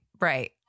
Right